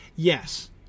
Yes